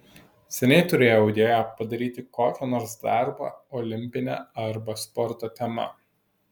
seniai turėjau idėją padaryti kokį nors darbą olimpine arba sporto tema